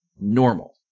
normal